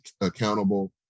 accountable